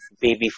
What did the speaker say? baby